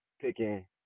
picking